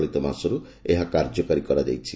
ଚଳିତ ମାସରୁ ଏହା କାର୍ଯ୍ୟକାରୀ କରାଯାଇଛି